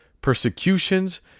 persecutions